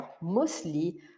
mostly